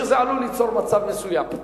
כיוון שזה עלול ליצור מצב מסוים.